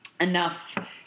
enough